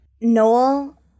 Noel